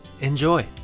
Enjoy